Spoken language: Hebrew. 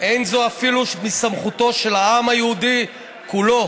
אין זה אפילו מסמכותו של העם היהודי כולו